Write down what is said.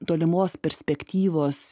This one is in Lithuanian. tolimos perspektyvos